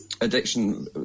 addiction